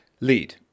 lead